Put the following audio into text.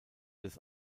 des